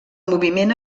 moviment